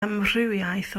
amrywiaeth